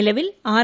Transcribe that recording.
നിലവിൽ ആർ